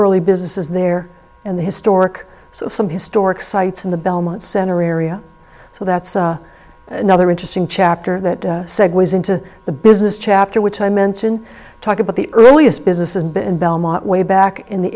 early business is there in the historic some historic sites in the belmont center area so that's another interesting chapter that segues into the business chapter which i mention talk about the earliest business and been belmont way back in the